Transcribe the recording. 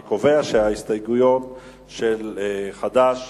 אני קובע שההסתייגות של חד"ש